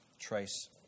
trace